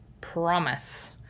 promise